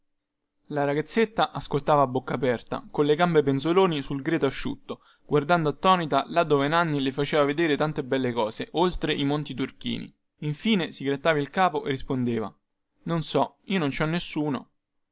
la ragazzetta ascoltava a bocca aperta colle gambe penzoloni sul greto asciutto guardando attonita là dove nanni le faceva vedere tante belle cose oltre i monti turchini infine si grattava il capo e rispondeva non so io non ci ho nessuno